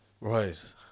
Right